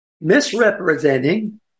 misrepresenting